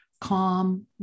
calm